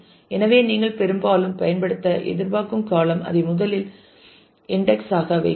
எனவே நீங்கள் பெரும்பாலும் பயன்படுத்த எதிர்பார்க்கும் காளம் அதை முதல் இன்டெக்ஸ் ஆக வைக்கிறது